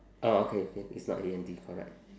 orh okay okay it's not A N D correct